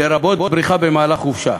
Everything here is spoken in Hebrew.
לרבות בריחה במהלך חופשה.